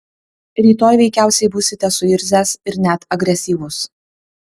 rytoj veikiausiai būsite suirzęs ir net agresyvus